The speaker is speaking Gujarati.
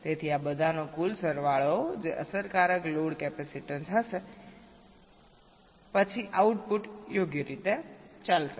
તેથી આ બધાનો કુલ સરવાળો જે અસરકારક લોડ કેપેસીટન્સ હશે પછી આઉટપુટ યોગ્ય રીતે ચાલશે